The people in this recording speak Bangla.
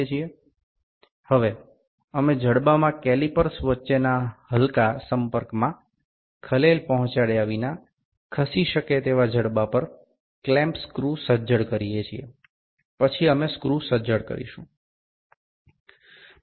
এখন আমরা বাহুর ক্যালিপারগুলির মধ্যে হালকা যোগাযোগকে বিঘ্নিত না করে চলনযোগ্য বাহুর উপর বন্ধনী স্ক্রুটি শক্ত করি তারপরে আমরা স্ক্রুটি আরও শক্ত করব